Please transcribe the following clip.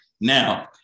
now